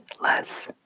less